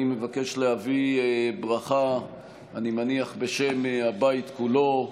אני מבקש להביא ברכה, בשם הבית כולו,